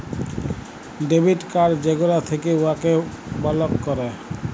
debit card যেগলা থ্যাকে উয়াকে বলক ক্যরে